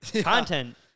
content